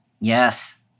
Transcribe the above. Yes